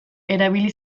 erabili